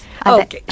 Okay